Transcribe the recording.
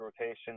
rotation